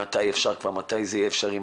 מתי זה יהיה אפשרי,